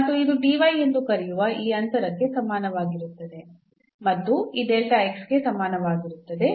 ಮತ್ತು ಇದು ಎಂದು ಕರೆಯುವ ಈ ಅಂತರಕ್ಕೆ ಸಮನಾಗಿರುತ್ತದೆ ಮತ್ತು ಈ ಗೆ ಸಮಾನವಾಗಿರುತ್ತದೆ